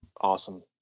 awesome